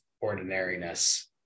ordinariness